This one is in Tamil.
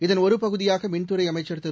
இதன் ஒருபகுதியாக மின்துறைஅமைச்சர் திரு